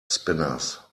spinners